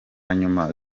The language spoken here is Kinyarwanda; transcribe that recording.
nyuma